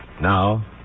Now